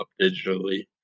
digitally